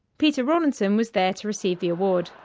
peter rawlinson was there to receive the award.